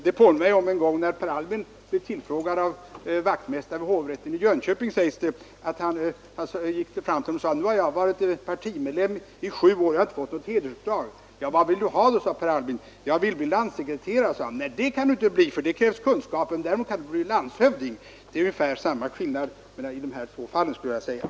Det påminner mig om när vaktmästaren vid hovrätten i Jönköping en gång gick fram till Per Albin och sade: ”Nu har jag varit partimedlem i sju år och jag har inte fått något hedersuppdrag.” — ”Vad vill du ha då”, sade Per Albin. ”Jag vill bli landssekreterare”, sade han. ”Nej, det kan du inte bli, för det krävs kunskaper. Däremot kan du bli landshövding.” Det är ungefär samma skillnad i de här två fallen.